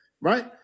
right